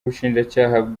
ubushinjacyaha